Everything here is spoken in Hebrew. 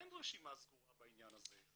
אין רשימה סגורה בענין הזה.